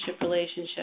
relationship